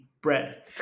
bread